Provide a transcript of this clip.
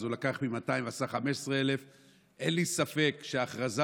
אז הוא לקח מ-200 ועשה 15,000. אין לי ספק שההכרזה